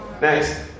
Next